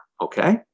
Okay